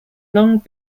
long